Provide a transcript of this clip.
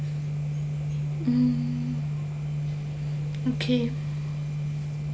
mm okay